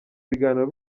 biganiro